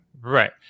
Right